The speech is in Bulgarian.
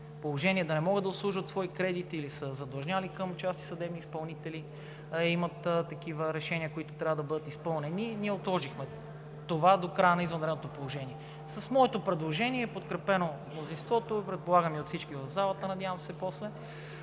да не могат да обслужват своите кредити или са задлъжнели към частни съдебни изпълнители – имат такива решения, които трябва да бъдат изпълнени, ние отложихме това до края на извънредното положение. С моето предложение, подкрепено от мнозинството, предполагам и от всички в залата – надявам се после,